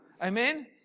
Amen